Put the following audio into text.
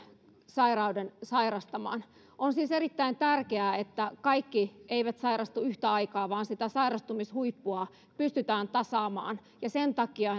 sairauden sairastamaan on siis erittäin tärkeää että kaikki eivät sairastu yhtä aikaa vaan sitä sairastumishuippua pystytään tasaamaan sen takia